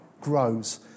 grows